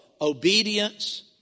obedience